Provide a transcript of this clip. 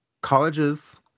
colleges